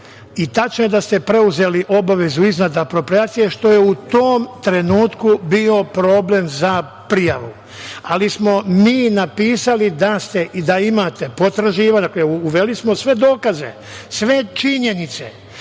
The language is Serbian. i tačno je da ste preuzeli obavezu iznad aproprijacije, što je u tom trenutku bio problem za prijavu, ali smo mi napisali da imate potraživanje. Dakle, uveli smo sve dokaze, sve činjenice